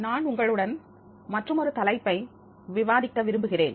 நான் உங்களுடன் மற்றுமொரு நல்ல தலைப்பை விவாதிக்க விரும்புகிறேன்